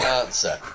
answer